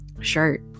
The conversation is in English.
shirt